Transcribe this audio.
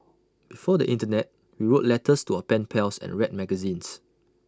before the Internet we wrote letters to our pen pals and read magazines